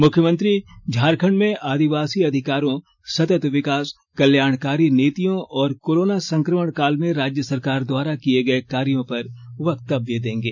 मुख्यमंत्री झारखण्ड में आदिवासी अधिकारों सतत विकास कल्याणकारी नीतियों और कोरोना संक्रमण काल में राज्य सरकार द्वारा किये गए कार्यों पर वक्तव्य देंगे